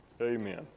Amen